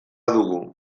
dugu